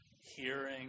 hearing